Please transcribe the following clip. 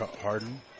Harden